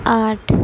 آٹھ